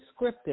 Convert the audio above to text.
scripted